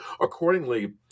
accordingly